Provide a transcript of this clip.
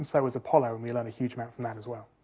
so was apollo, and we learned a huge amount from that, as well.